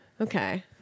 Okay